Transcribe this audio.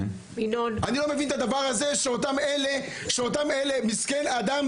אני לא מבין את הדבר הזה שאותם אלה מסכן האדם,